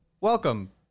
Welcome